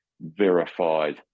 verified